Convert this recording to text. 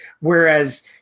whereas